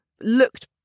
looked